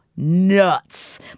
Nuts